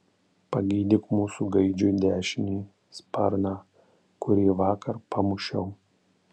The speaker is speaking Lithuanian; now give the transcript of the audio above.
pagydyk mūsų gaidžiui dešinį sparną kurį vakar pamušiau